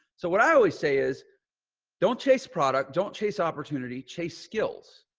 so what i always say is don't chase product. don't chase opportunity, chase skills.